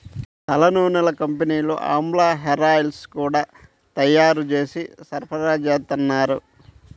తలనూనెల కంపెనీలు ఆమ్లా హేరాయిల్స్ గూడా తయ్యారు జేసి సరఫరాచేత్తన్నారు